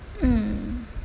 mm